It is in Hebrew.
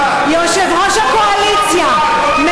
יושב-ראש הקואליציה,